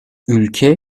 ülke